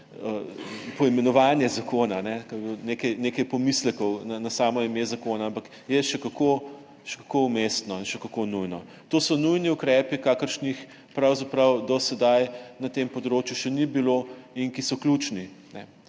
poimenovanje zakona, ker je bilo nekaj pomislekov na samo ime zakona, ampak je še kako na mestu, še kako nujno. To so nujni ukrepi, kakršnih pravzaprav do sedaj na tem področju še ni bilo in ki so ključni.